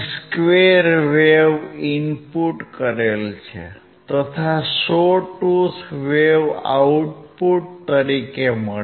square wave input કરેલ છે તથા sawtooth wave output તરીકે મળે